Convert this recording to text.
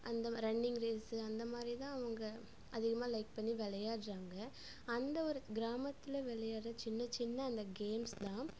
அந்த running race அந்தமாதிரி தான் அவங்க அதிகமாக லைக் பண்ணி விளையாடுறாங்க அந்த ஒரு கிராமத்தில் விளையாடுற சின்ன சின்ன அந்த கேம்ஸ் தான்